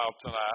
tonight